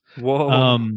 Whoa